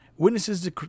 Witnesses